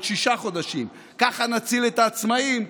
עוד שישה חודשים: ככה נציל את העצמאים,